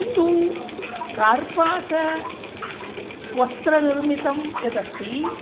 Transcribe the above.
किन्तु कर्पासं वस्त्रनिर्मितं यदस्ति